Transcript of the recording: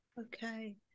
Okay